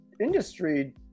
industry